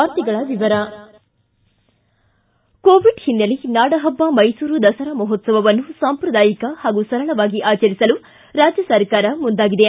ವಾರ್ತೆಗಳ ವಿವರ ಕೋವಿಡ್ ಹಿನ್ನೆಲೆ ನಾಡಹಬ್ಬ ಮೈಸೂರು ದಸರಾ ಮಹೋತ್ಲವವನ್ನು ಸಾಂಪ್ರದಾಯಿಕ ಹಾಗೂ ಸರಳವಾಗಿ ಆಚರಿಸಲು ರಾಜ್ವ ಸರ್ಕಾರ ಮುಂದಾಗಿದೆ